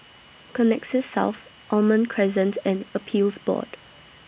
Connexis South Almond Crescent and Appeals Board